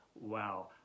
wow